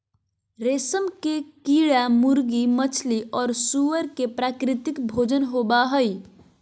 रेशम के कीड़ा मुर्गी, मछली और सूअर के प्राकृतिक भोजन होबा हइ